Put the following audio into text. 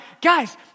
guys